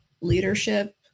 leadership